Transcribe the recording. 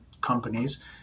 companies